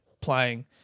playing